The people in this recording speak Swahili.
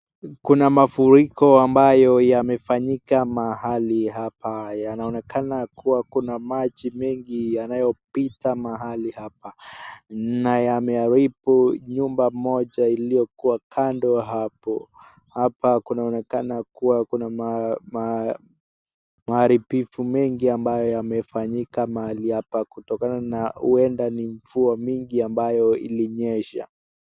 Kuna mafuriko ambayo yamefanyika mahali hapa yanaonekana kuwa kuna maji mengi yanayopita mahali hapa na yameharibu nyumba moja iliyokuwa kando hapo , hapa kunaonekana kuwa kuna maharibifu mengi ambayo yamefanyika mahali hapa kutokana na huenda ni mvua mingi ambayo ilinyesha.